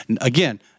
Again